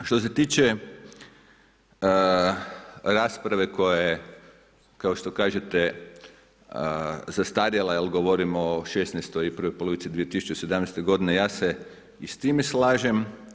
Što se tiče rasprave koja je, kao što kažete zastarjela jer govorimo o '16-oj i prvoj polovici 2017. godine ja se i s time slažem.